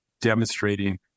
demonstrating